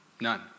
None